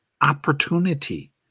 opportunity